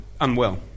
unwell